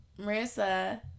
Marissa